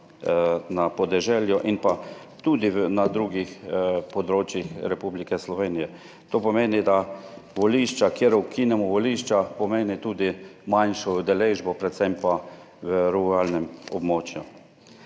(nadaljevanje) in pa tudi na drugih področjih Republike Slovenije. To pomeni, da volišča, kjer ukinemo volišča, pomeni tudi manjšo udeležbo, predvsem pa v ruralnem območju.